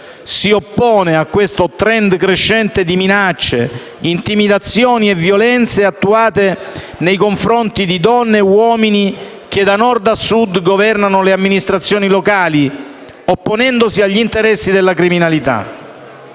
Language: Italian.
si oppone a questo *trend* crescente di minacce, intimidazioni e violenze attuate nei confronti di donne e uomini che, da Nord a Sud, governano le amministrazioni locali, opponendosi agli interessi della criminalità.